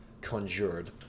conjured